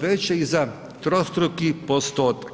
veće i za trostruki postotak.